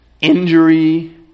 injury